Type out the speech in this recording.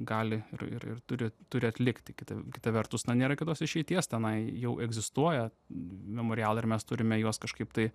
gali ir ir ir turi turi atlikti kita kita vertus na nėra kitos išeities tenai jau egzistuoja memorialai ir mes turime juos kažkaip tai